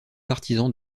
partisans